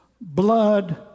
blood